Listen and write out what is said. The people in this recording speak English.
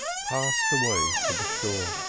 passed away to the shore.